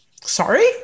Sorry